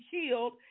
healed